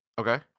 Okay